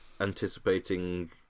anticipating